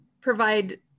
provide